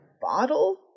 bottle